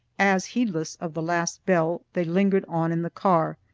as, heedless of the last bell, they lingered on in the car.